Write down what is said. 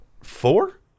four